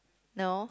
no